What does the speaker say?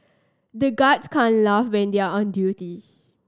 the guards can't laugh when they are on duty